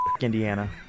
Indiana